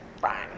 fine